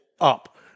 up